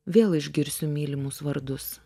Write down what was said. vėl išgirsiu mylimus vardus